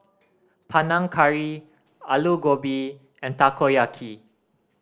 Panang Curry Alu Gobi and Takoyaki